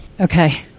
Okay